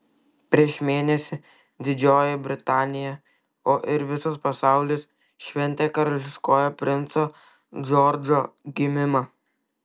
prieš mėnesį didžioji britanija o ir visas pasaulis šventė karališkojo princo džordžo gimimą